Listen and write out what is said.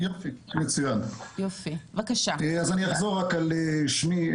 אז אני אחזור רק על שמי,